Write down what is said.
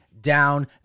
down